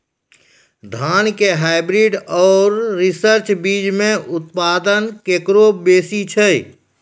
धान के हाईब्रीड और रिसर्च बीज मे उत्पादन केकरो बेसी छै?